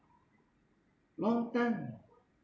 long time